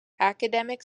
academic